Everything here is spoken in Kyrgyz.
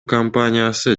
компаниясы